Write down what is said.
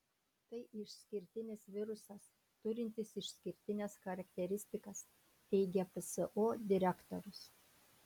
tai išskirtinis virusas turintis išskirtines charakteristikas teigia pso direktorius